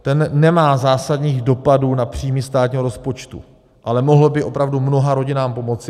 Ten nemá zásadních dopadů na příjmy státního rozpočtu, ale mohl by opravdu mnoha rodinám pomoci.